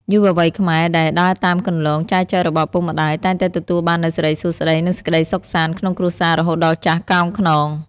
យុវវ័យខ្មែរដែលដើរតាមគន្លងចែចូវរបស់ឪពុកម្ដាយ តែងតែទទួលបាននូវ "សិរីសួស្តី" និងសេចក្ដីសុខសាន្តក្នុងគ្រួសាររហូតដល់ចាស់កោងខ្នង។